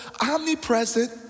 omnipresent